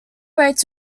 rates